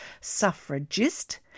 suffragist